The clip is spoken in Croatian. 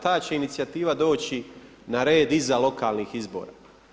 Ta će inicijativa doći na red iza lokalnih izbora.